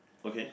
okay